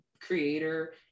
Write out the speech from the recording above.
creator